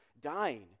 dying